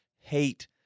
hate